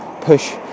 push